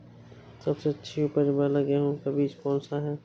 सबसे अच्छी उपज वाला गेहूँ का बीज कौन सा है?